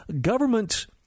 government